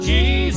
Jesus